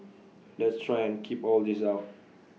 let's try and keep all this out